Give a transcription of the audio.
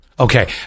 Okay